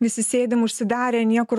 visi sėdim užsidarę niekur